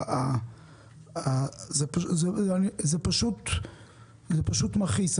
זה פשוט מכעיס.